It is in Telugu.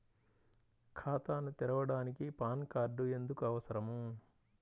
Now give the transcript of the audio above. ఖాతాను తెరవడానికి పాన్ కార్డు ఎందుకు అవసరము?